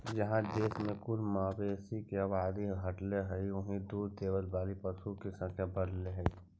जहाँ देश में कुल मवेशी के आबादी घटले हइ, वहीं दूध देवे वाला पशु के संख्या बढ़ले हइ